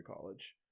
college